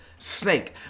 snake